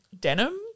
denim